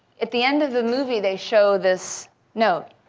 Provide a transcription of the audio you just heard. at the end of the movie, they show this note.